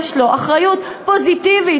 יש לו אחריות פוזיטיבית,